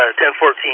1014